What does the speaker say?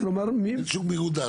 צריך לומר --- שום גמירות דעת.